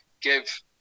give